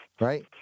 right